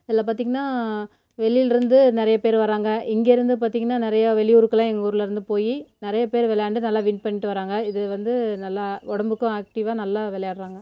இதில் பார்த்திங்கன்னா வெளியில இருந்து நிறைய பேர் வராங்க இங்கே இருந்து பார்த்திங்கன்னா நிறையா வெளியூருக்கெல்லாம் எங்கள் ஊர்லருந்து போய் நிறையா பேர் விளையாண்டு நல்லா வின் பண்ணிவிட்டு வராங்க இது வந்து நல்லா உடம்புக்கும் ஆக்ட்டிவ்வாக நல்லா விளையாட்றாங்க